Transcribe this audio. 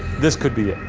this could be it.